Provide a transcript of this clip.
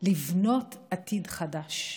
לבנות עתיד חדש.